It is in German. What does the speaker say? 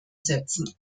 setzen